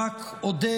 רק אודה,